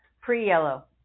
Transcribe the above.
pre-yellow